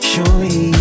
Surely